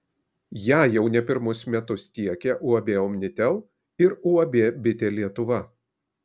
ją jau ne pirmus metus teikia uab omnitel ir uab bitė lietuva